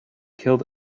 killed